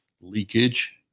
leakage